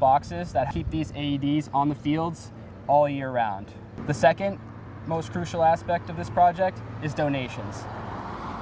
boxes that he beat anybody on the fields all year round the nd most crucial aspect of this project is donation